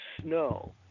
snow